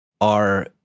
are-